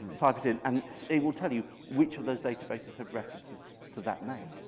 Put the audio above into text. type it in, and it will tell you which of those databases have references to that name.